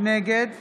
נגד